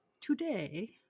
today